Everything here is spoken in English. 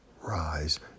rise